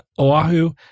Oahu